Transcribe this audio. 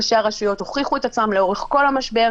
ראשי הרשויות הוכיחו את עצמם לאורך כל המשבר,